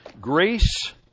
grace